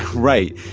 right.